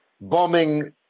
bombing